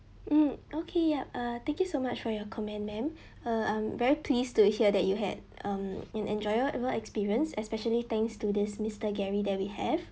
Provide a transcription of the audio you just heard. mm okay yup uh thank you so much for your comment madam uh I'm very pleased to hear that you had um an enjoyable experience especially thanks to this mister gary that we have